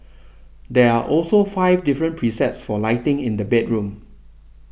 there are also five different presets for lighting in the bedroom